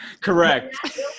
Correct